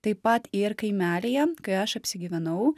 taip pat ir kaimelyje kai aš apsigyvenau